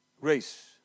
race